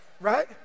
right